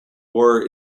war